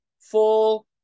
full